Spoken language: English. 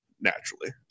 naturally